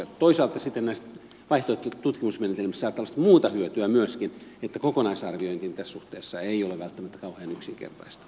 toisaalta näistä vaihtoehtoisista tutkimusmenetelmistä saattaa olla sitten muuta hyötyä myöskin niin että kokonaisarviointi tässä suhteessa ei ole välttämättä kauhean yksinkertaista